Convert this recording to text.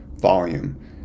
volume